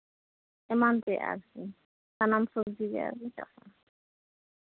ᱮᱢᱟᱱ ᱛᱮᱭᱟᱜ ᱟᱨᱠᱤ ᱥᱟᱱᱟᱢ ᱥᱚᱵᱡᱤ ᱜᱮᱞᱮ ᱪᱟᱥᱟ